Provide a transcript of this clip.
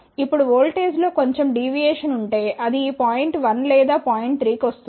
ఇప్పుడు వోల్టేజ్లో కొంచెం డీవియేషన్ ఉంటే అది పాయింట్ 1 లేదా పాయింట్ 3 కి వస్తుంది